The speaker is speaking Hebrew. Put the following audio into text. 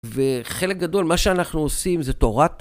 וחלק גדול מה שאנחנו עושים זה תורת